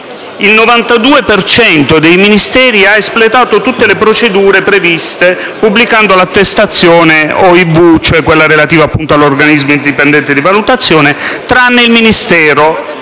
cento dei Ministeri ha espletato tutte le procedure previste, pubblicando l'attestazione OIV (cioè quella relativa agli organismi indipendenti di valutazione), tranne il MISE,